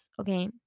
okay